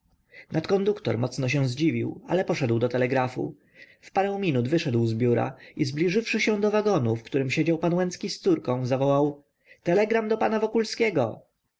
tak nadkonduktor mocno się zdziwił ale poszedł do telegrafu w parę minut wyszedł z biura i zbliżywszy się do wagonu w którym siedział pan łęcki z córką zawołał telegram do pana wokulskiego